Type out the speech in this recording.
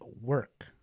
work